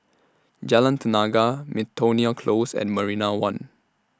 Jalan Tenaga Miltonia Close and Marina one